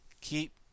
Keep